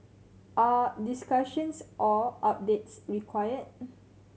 are discussions or updates requir